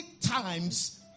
times